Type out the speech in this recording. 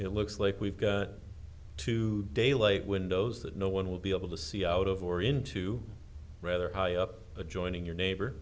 it looks like we've got two daylight windows that no one will be able to see out of or into rather high up adjoining your neighbor